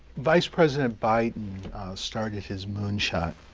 vice president biden started his moonshot,